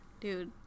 dude